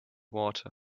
water